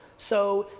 so,